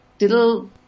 little